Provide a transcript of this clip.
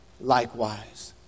likewise